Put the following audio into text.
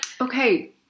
Okay